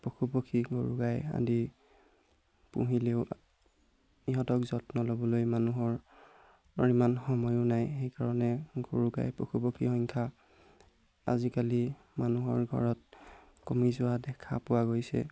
পশু পক্ষী গৰু গাই আদি পুহিলেও ইহঁতক যত্ন ল'বলৈ মানুহৰ ইমান সময়ো নাই সেইকাৰণে গৰু গাই পশু পক্ষীৰ সংখ্যা আজিকালি মানুহৰ ঘৰত কমি যোৱা দেখা পোৱা গৈছে